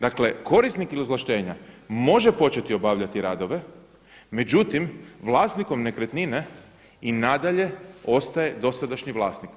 Dakle korisnik izvlaštenja može početi obavljati radove međutim vlasnikom nekretnine i nadalje ostaje dosadašnji vlasnik.